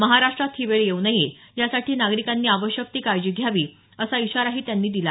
महाराष्ट्रात ही वेळ येऊ नये यासाठी नागरिकांनी आवश्यक ती काळजी घ्यावी असा इशाराही त्यांनी दिला